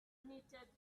knitted